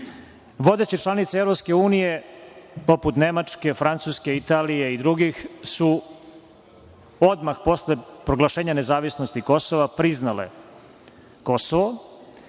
Vodeće članice EU poput Nemačke, Francuske i Italije i drugih su odmah posle proglašenja nezavisnosti Kosova priznale Kosovo,